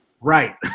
Right